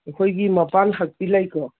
ꯑꯩꯈꯣꯏꯒꯤ ꯃꯄꯥꯟ ꯍꯛꯄꯤ ꯂꯩꯀꯣ